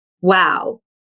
wow